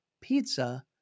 pizza